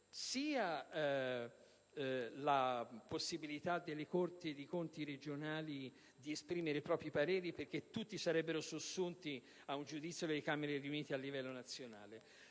la possibilità delle Corti dei conti regionali di esprimere i propri pareri, perché tutti sarebbero sussunti ad un giudizio delle Sezioni riunite a livello nazionale,